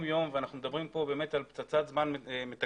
יום ואנחנו מדברים על פצצת זמן מתקתקת.